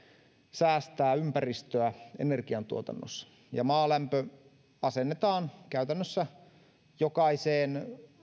säästää ympäristöä energiantuotannossa maalämpö asennetaan käytännössä jokaiseen